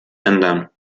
ändern